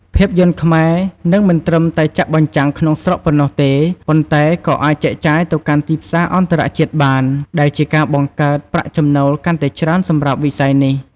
ភាពយន្តខ្មែរនឹងមិនត្រឹមតែចាក់បញ្ចាំងក្នុងស្រុកប៉ុណ្ណោះទេ ប៉ុន្តែក៏អាចចែកចាយទៅកាន់ទីផ្សារអន្តរជាតិបាន ដែលជាការ បង្កើតប្រាក់ចំណូលកាន់តែច្រើនសម្រាប់វិស័យនេះ។